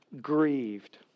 grieved